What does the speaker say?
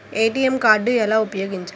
ATM card ఎలా ఉపయోగించాలి?